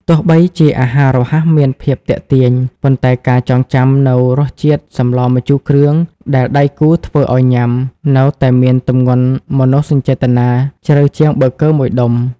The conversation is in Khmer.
ទោះបីជាអាហាររហ័សមានភាពទាក់ទាញ ប៉ុន្តែការចងចាំនូវរសជាតិសម្លម្ជូរគ្រឿងដែលដៃគូធ្វើឱ្យញ៉ាំ នៅតែមានទម្ងន់មនោសញ្ចេតនាជ្រៅជាងប៊ឺហ្គឺមួយដុំ។